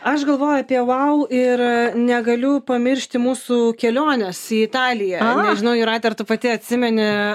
aš galvoju apie vau ir negaliu pamiršti mūsų kelionės į italiją nežinau jūrate ar tu pati atsimeni